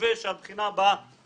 חושבת שאנחנו נמצאים בשעה שהיא, לטעמי,